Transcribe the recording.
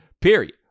period